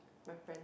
my friend